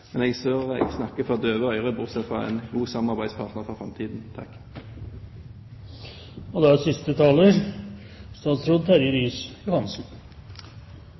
men jeg ser at jeg snakker for døve ører, bortsett fra for en god samarbeidspartner for framtiden. Jeg tror ikke det er